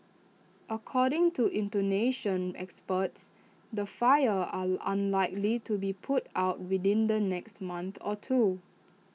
according to Indonesian experts the fires are unlikely to be put out within the next month or two